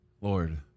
Lord